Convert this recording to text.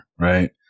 right